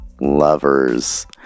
lovers